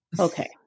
Okay